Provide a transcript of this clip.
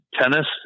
tennis